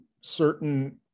Certain